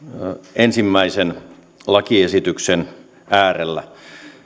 ensimmäisen lakiesityksen äärellä